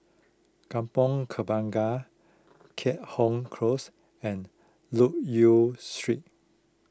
Kampong Kembangan Keat Hong Close and Loke Yew Street